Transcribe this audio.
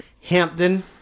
hampton